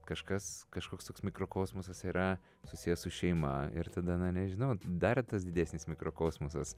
kažkas kažkoks toks mikrokosmosas yra susijęs su šeima ir tada na nežinau dar tas didesnis mikrokosmosas